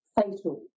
fatal